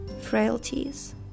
frailties